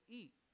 eat